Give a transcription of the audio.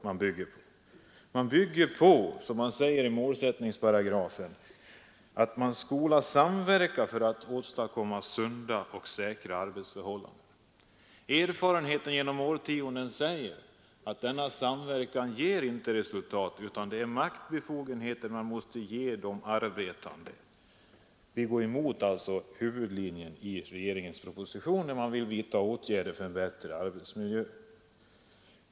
I 39 §, målsättningsparagrafen, sägs nämligen: ”Arbetsgivare och arbetstagare skola samverka för att åstadkomma sunda och säkra arbetsförhållanden.” Men erfarenheterna under årtionden säger att denna samverkan inte ger något resultat utan att det är maktbefogenheter vi måste ge de arbetande. Vi går därför emot huvudlinjen i regeringens proposition när det gäller att vidta åtgärder för en bättre arbetsmiljö.